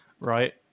right